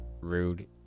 rude